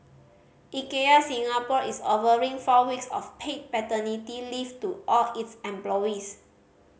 Ikea Singapore is offering four weeks of paid paternity leave to all its employees